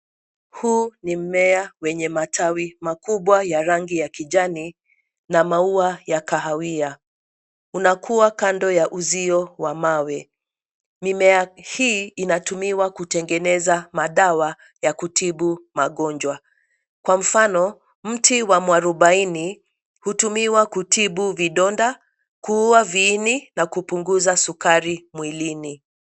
Huu ni mmea wenye matawi makubwa ya rangi ya kijani na maua ya kahawia. Unakuwa kando ya uzio wa mawe. Mimea hii inatumiwa kutengeneza madawa ya kutibu magonjwa. Kwa mfano, mti wa mwarobaini hutumiwa kutibu vidonda, kuua viini na kupunguza sukari mwilini.